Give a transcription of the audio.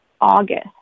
August